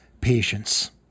patience